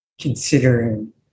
considering